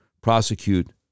prosecute